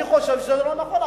אני חושב שזה לא נכון.